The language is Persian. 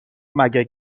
مگه